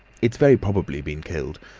it's very probably been killed,